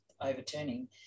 overturning